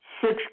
six